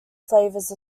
flavors